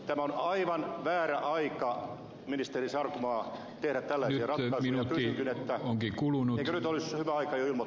tämä on aivan väärä aika ministeri sarkomaa tehdä tällaisia ratkaisuja